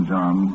John